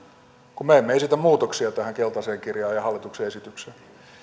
kun me emme esitä muutoksia tähän keltaiseen kirjaan ja ja hallituksen